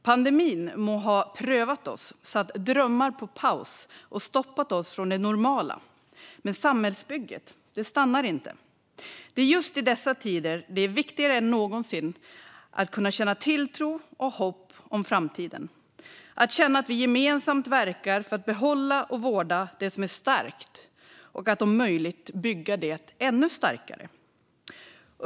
Pandemin må ha prövat oss och satt drömmar på paus och stoppat oss från det normala, men samhällsbygget stannar inte. Det är just i dessa tider som det är viktigare än någonsin att kunna känna tilltro och hopp om framtiden, att känna att vi gemensamt verkar för att behålla och vårda det som är starkt och om möjligt bygga det ännu starkare.